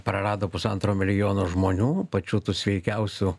prarado pusantro milijono žmonių pačių sveikiausių